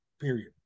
period